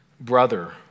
brother